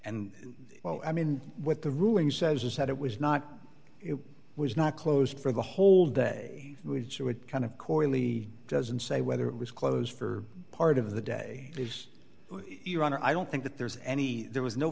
and well i mean what the ruling says is that it was not it was not closed for the whole day which you would kind of quarterly doesn't say whether it was close for part of the day your honor i don't think that there's any there was no